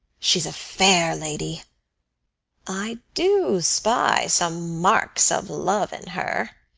she's a fair lady i do spy some marks of love in her.